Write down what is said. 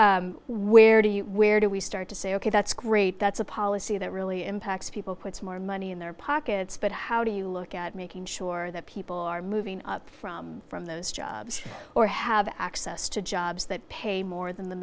where do you where do we start to say ok that's great that's a policy that really impacts people could more money in their pockets but how do you look at making sure that people are moving up from those jobs or have access to jobs that pay more than the